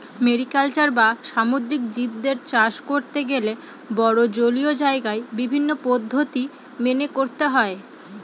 mariculture বা সামুদ্রিক জীবদের চাষ করতে গেলে বড়ো জলীয় জায়গায় বিভিন্ন পদ্ধতি মেনে করতে হয়